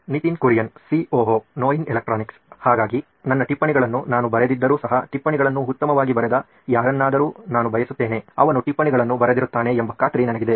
Nitin Kurian COO ನೋಯಿನ್ electronics ಹಾಗಾಗಿ ನನ್ನ ಟಿಪ್ಪಣಿಗಳನ್ನು ನಾನು ಬರೆದಿದ್ದರೂ ಸಹ ಟಿಪ್ಪಣಿಗಳನ್ನು ಉತ್ತಮವಾಗಿ ಬರೆದ ಯಾರನ್ನಾದರೂ ನಾನು ಬಯಸುತ್ತೇನೆ ಅವನು ಟಿಪ್ಪಣಿಗಳನ್ನು ಬರೆದಿರುತ್ತಾನೆ ಎಂಬ ಖಾತ್ರಿ ನನಗಿಯಿದೆ